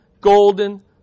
golden